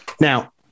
Now